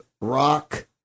rock